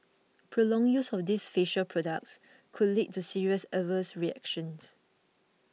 prolonged use of these facial products could lead to serious adverse reactions